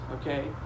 Okay